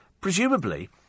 presumably